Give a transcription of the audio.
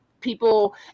people